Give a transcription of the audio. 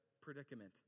predicament